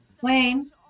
Wayne